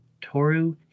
Toru